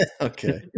Okay